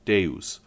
Deus